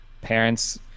parents